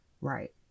Right